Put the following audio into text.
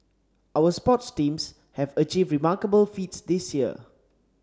our sports teams have achieved remarkable feats this year